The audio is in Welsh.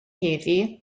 heddiw